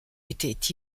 était